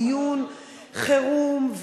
דיון חירום,